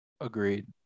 Agreed